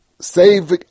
save